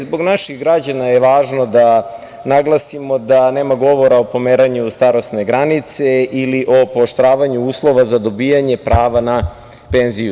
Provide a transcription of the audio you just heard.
Zbog naših građana je važno da naglasimo da nema govora o pomeranju starosne granice ili o pooštravanju uslova za dobijanje prava na penziju.